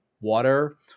water